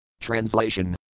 Translation